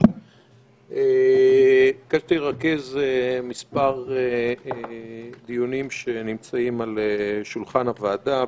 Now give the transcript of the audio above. ביקשתי לרכז כמה דיונים שנמצאים על שולחן הוועדה.